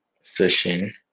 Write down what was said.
session